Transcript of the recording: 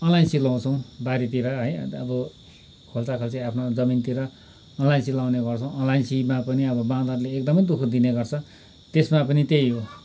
अलैँची लाउँछौँ बारीतिर है अन्त अब खोल्चा खोल्ची आफ्नो जमिनतिर अलैँची लाउने गर्छौँ अलैँचीमा पनि अब बाँदरले एकदमै दु ख दिनेगर्छ त्यसमा पनि त्यही हो